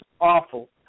awful